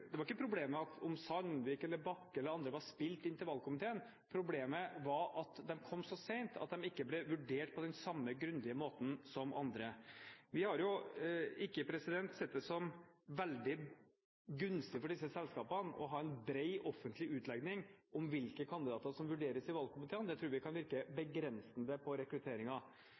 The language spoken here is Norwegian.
ikke var om Sandvik eller Bakke eller andre var spilt inn til valgkomiteen – problemet var at de kom så sent at de ikke ble vurdert på den samme grundige måten som andre. Vi har jo ikke sett det som veldig gunstig for disse selskapene å ha en bred, offentlig utlegning om hvilke kandidater som vurderes i valgkomiteen; det tror jeg virker begrensende på